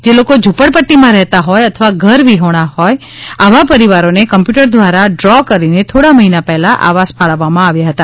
જે લોકો ઝ્રંપડપટ્ટીમાં રહેતા હોય અથવા ઘર વિહોણા હોય આવા પરિવારોને કમ્પ્યુટર દ્વારા ડ્રી કરીને થોડા મહિના પહેલા આવાસ ફાળવવામાં આવ્યા હતા